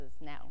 now